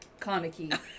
Kaneki